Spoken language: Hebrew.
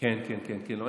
זו